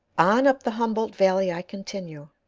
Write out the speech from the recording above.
on, up the humboldt valley i continue,